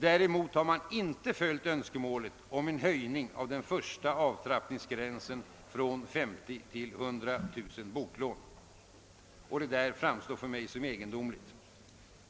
Däremot har man inte tillgodoseit önskemålet om en höjning av den första avtrappningsgränsen från 350000 till 100 000 boklån. Detta beslut framstår för mig såsom egendomligt.